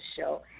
show